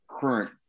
current